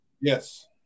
Yes